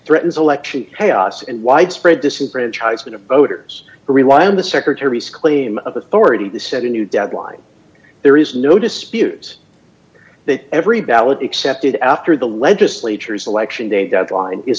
threatens election chaos and widespread this enfranchise going to voters rely on the secretary's claim of authority to set a new deadline there is no disputes that every ballot accepted after the legislature is election day deadline is